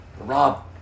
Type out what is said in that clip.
Rob